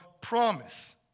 promise